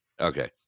okay